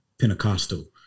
Pentecostal